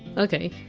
ok,